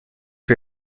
que